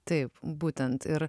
taip būtent ir